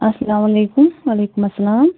اَسَلام علیکُم وَعلیکُم اَسَلام